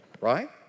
right